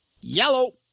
yellow